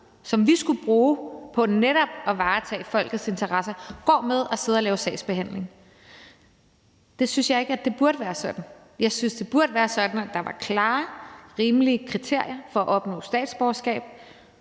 som vi skulle bruge på netop at varetage folkets interesser, går med at sidde og lave sagsbehandling. Jeg synes ikke, at det burde være sådan. Jeg synes, at det burde være sådan, at der var klare, rimelige kriterier for at opnå statsborgerskab,